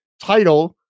title